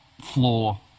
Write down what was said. floor